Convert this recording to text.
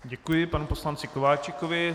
Děkuji panu poslanci Kováčikovi.